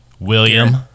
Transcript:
William